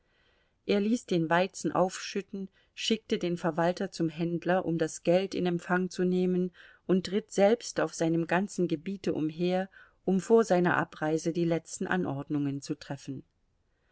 er ließ den weizen aufschütten schickte den verwalter zum händler um das geld in empfang zu nehmen und ritt selbst auf seinem ganzen gebiete umher um vor seiner abreise die letzten anordnungen zu treffen